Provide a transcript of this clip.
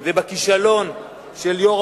היא בכישלון של יושבת-ראש